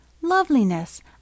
Loveliness